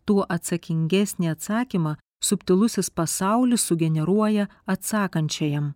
tuo atsakingesnį atsakymą subtilusis pasaulis sugeneruoja atsakančiajam